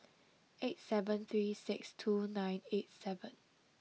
eight seven three six two nine eight seven